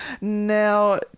Now